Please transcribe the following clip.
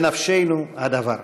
בנפשנו הדבר.